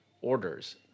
orders